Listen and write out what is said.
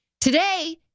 Today